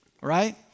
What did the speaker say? Right